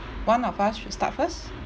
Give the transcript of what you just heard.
one of us should start first